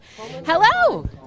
hello